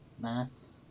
math